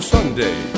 Sunday